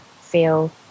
feel